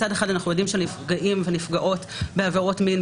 מצד אחד אנחנו יודעים שהנפגעים והנפגעות בעבירות מין,